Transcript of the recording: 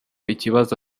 ikibazo